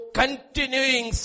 continuing